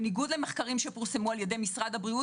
בניגוד למחקרים שפורסמו על-ידי משרד הבריאות